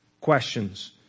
questions